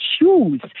choose